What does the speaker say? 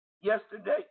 yesterday